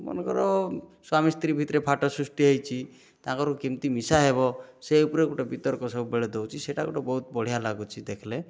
ମନେକର ସ୍ୱାମୀ ସ୍ତ୍ରୀ ଭିତରେ ଫାଟ ସୃଷ୍ଟି ହୋଇଛି ତାଙ୍କର କେମିତି ମିଶାହେବ ସେ ଉପରେ ଗୋଟେ ବିତର୍କ ସବୁବେଳେ ଦେଉଛି ସେଟା ଗୋଟେ ବଢ଼ିଆ ଲାଗୁଛି ଦେଖିଲେ